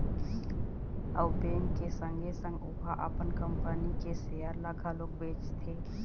अउ बेंक के संगे संग ओहा अपन कंपनी के सेयर ल घलोक बेचथे